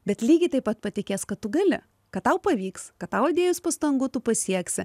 bet lygiai taip pat patikės kad tu gali kad tau pavyks kad tau įdėjus pastangų tu pasieksi